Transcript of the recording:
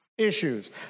Issues